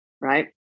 right